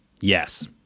Yes